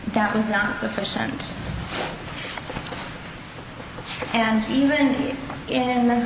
that was not sufficient and even in the